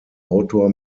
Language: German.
autor